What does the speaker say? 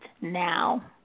now